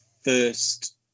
first